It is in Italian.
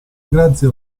grazie